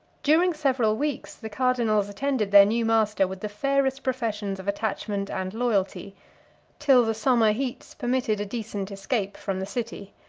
during several weeks, the cardinals attended their new master with the fairest professions of attachment and loyalty till the summer heats permitted a decent escape from the city.